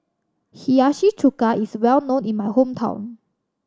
Hiyashi Chuka is well known in my hometown